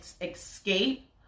escape